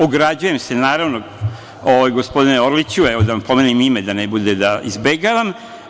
Ograđujem se, naravno, gospodine Orliću, evo da vam pomenem ime, da ne bude da izbegavam.